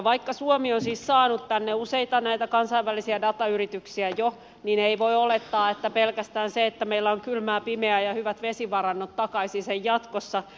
vaikka suomi on siis saanut tänne näitä useita kansainvälisiä datayrityksiä jo niin ei voi olettaa että pelkästään se että meillä on kylmää pimeää ja hyvät vesivarannot takaisi sen jatkossa